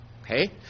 okay